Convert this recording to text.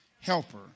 Helper